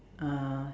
uh